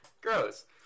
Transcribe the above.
Gross